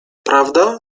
prawda